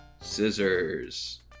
Scissors